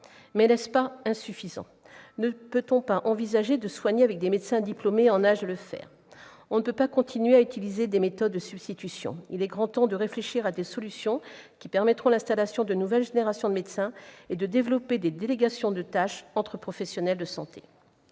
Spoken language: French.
Mais n'est-ce pas insuffisant ? Ne peut-on pas envisager de soigner avec des médecins diplômés et en âge de le faire ? On ne peut pas continuer à utiliser des méthodes de substitution, il est grand temps de réfléchir à des solutions qui permettront l'installation de nouvelles générations de médecins et le développement de délégations de tâches entre professionnels de santé.